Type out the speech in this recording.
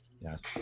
Yes